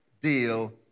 deal